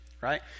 right